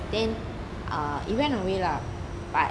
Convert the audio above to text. then err it went away lah but